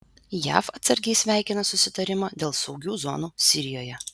jav atsargiai sveikina susitarimą dėl saugių zonų sirijoje